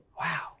Wow